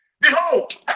Behold